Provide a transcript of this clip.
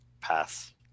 pass